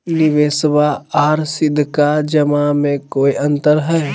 निबेसबा आर सीधका जमा मे कोइ अंतर हय?